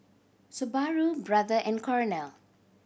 Subaru Brother and Cornell